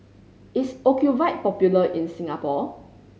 is Ocuvite popular in Singapore